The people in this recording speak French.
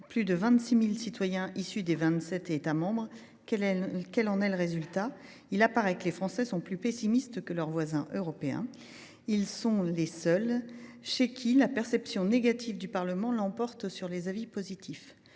plus de 26 000 citoyens issus des vingt sept États membres. Il en ressort que les Français sont plus pessimistes que leurs voisins européens : ils sont les seuls pour qui la perception négative du Parlement l’emporte sur les avis positifs.